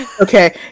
okay